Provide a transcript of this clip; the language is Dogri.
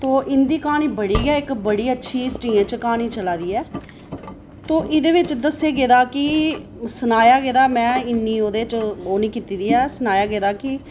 ते इं'दी क्हानी इक्क बड़ी गै बड़ी अच्छी स्टेज़ च क्हानी चला दी ऐ तो एह्दे बिच्च दस्सेआ गेदा की सनाया गेदा में इन्नी ओह्दे बिच्च ओह् निं कीती दी ऐ सनाया गेदा कि